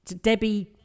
Debbie